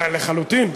לחלוטין.